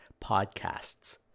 podcasts